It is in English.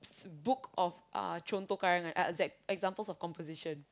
book of uh contoh karangan uh eh examples of composition